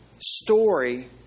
story